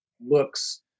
looks